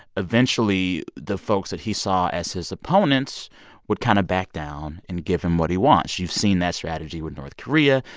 eventually, the folks that he saw as his opponents would kind of back down and give him what he wants. you've seen that strategy with north korea.